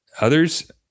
Others